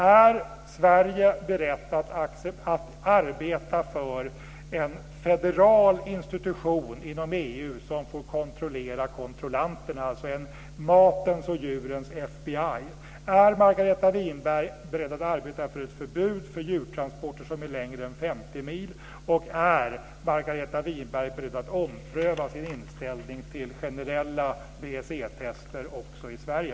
Är Sverige berett att arbeta för en federal institution inom EU som får kontrollera kontrollanten, alltså ett matens och djurens FBI? Är Margareta Winberg beredd att arbeta för ett förbud mot djurtransporter som är längre än 50 mil? Och är Margareta Winberg beredd att ompröva sin inställning till generella BSE-tester också i Sverige?